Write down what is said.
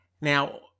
Now